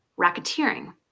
racketeering